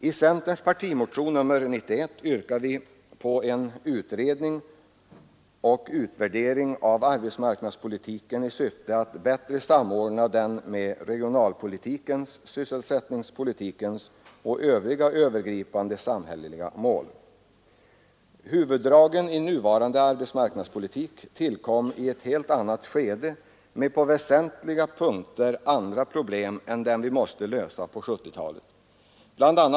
I centerns partimotion, nr 91, yrkar vi på en utredning och utvärdering av arbetsmarknadspolitiken i syfte att bättre samordna den med målen för regionalpolitiken och sysselsättningspolitiken och med övriga övergripande samhälleliga mål. Huvuddragen i nuvarande arbetsmarknadspolitik tillkom i ett helt annat skede med andra problem på väsentliga punkter än de som vi måste lösa på 1970-talet. Bl.